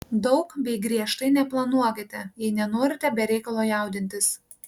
daug bei griežtai neplanuokite jei nenorite be reikalo jaudintis